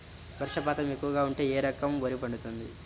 వర్షపాతం ఎక్కువగా ఉంటే ఏ రకం వరి పండుతుంది?